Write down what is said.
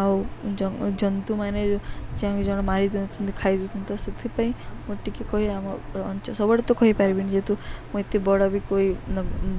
ଆଉ ଜ ଜନ୍ତୁମାନେ ଯେଉଁ ଜାଣି ମାରି ଦଉଛନ୍ତି ଖାଇ ଦଉଛନ୍ତି ତ ସେଥିପାଇଁ ମୁଁ ଟିକେ କହେ ଆମ ଅଞ୍ଚଳ ସବୁଆଡ଼େ ତ କହିପାରିବିନି ଯେହେତୁ ମୁଁ ଏତେ ବଡ଼ ବି କୋଇ